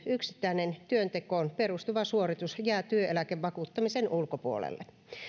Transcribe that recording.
yksittäinen työntekoon perustuva suoritus jää työeläkevakuuttamisen ulkopuolelle